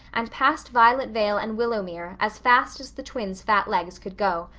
and past violet vale and willowmere, as fast as the twins' fat legs could go.